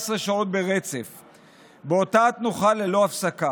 שאנו אומרים תודה לאדם שבאמת פעל בנושא הזה.